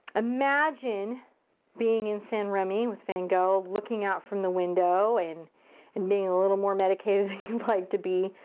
imagine being in san remi with van gogh, looking out from the window and and being a little more medicated than you'd like to be,